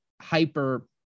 hyper